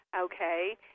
okay